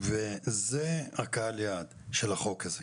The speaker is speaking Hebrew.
וזה קהל היעד של החוק הזה.